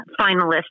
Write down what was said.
finalists